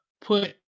put